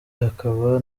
hakaba